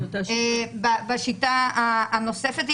בשיטה הנוספת,